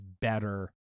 better